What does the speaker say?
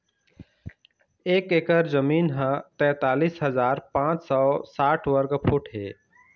एक एकर जमीन ह तैंतालिस हजार पांच सौ साठ वर्ग फुट हे